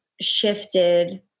shifted